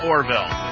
Orville